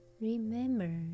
Remember